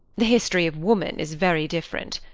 the history of woman is very different.